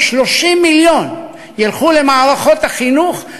כ-30 מיליון ילכו למערכות החינוך,